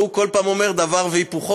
והוא כל פעם אומר דבר והיפוכו,